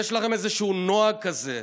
יש לכם איזשהו נוהג כזה: